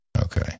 Okay